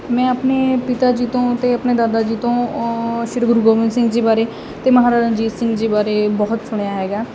ਮੈਂ ਆਪਣੇ ਪਿਤਾ ਜੀ ਤੋਂ ਅਤੇ ਆਪਣੇ ਦਾਦਾ ਜੀ ਤੋਂ ਸ਼੍ਰੀ ਗੁਰੂ ਗੋਬਿੰਦ ਸਿੰਘ ਜੀ ਬਾਰੇ ਅਤੇ ਮਹਾਰਾਜਾ ਰਣਜੀਤ ਸਿੰਘ ਜੀ ਬਾਰੇ ਬਹੁਤ ਸੁਣਿਆ ਹੈਗਾ